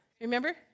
Remember